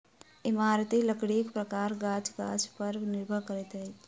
इमारती लकड़ीक प्रकार गाछ गाछ पर निर्भर करैत अछि